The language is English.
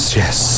yes